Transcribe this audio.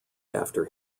after